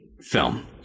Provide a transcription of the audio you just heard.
film